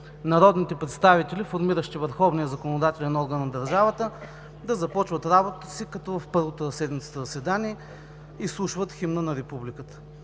народните представители, формиращи върховния законодателен орган на държавата, да започват работата си като в първото заседание за седмицата изслушват химна на републиката.